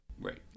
right